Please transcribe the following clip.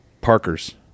Parker's